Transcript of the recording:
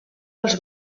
els